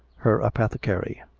her apothecary.